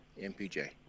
MPJ